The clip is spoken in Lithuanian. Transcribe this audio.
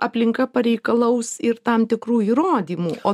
aplinka pareikalaus ir tam tikrų įrodymų o